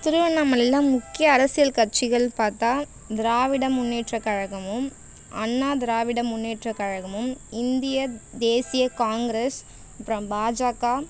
திருவண்ணாமலையில் முக்கிய அரசியல் கட்சிகள் பார்த்தா திராவிட முன்னேற்றக் கழகமும் அண்ணா திராவிட முன்னேற்றக் கழகமும் இந்திய தேசிய காங்கிரஸ் அப்புறம் பாஜக